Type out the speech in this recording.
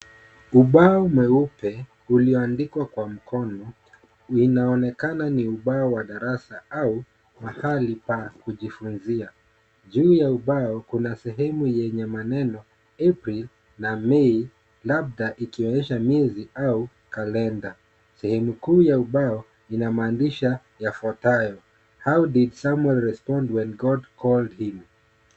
Ubao mweupe ulioandikwa kwa mkono, inaonekana ni ubao wa darasa au mahali pa kujifunzia. Juu ya ubao kuna sehemu yenye maneno April na May labda ikionyesha miezi au kalenda. Sehemu kuu ya ubao ina maandishi yafuatayo: how did Samuel respond when God called him? .